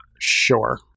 Sure